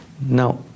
now